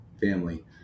family